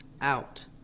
out